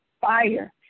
fire